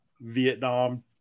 Vietnam